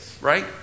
right